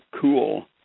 cool